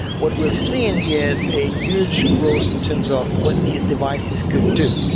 what we are seeing is a huge growth in terms of what these devices could do.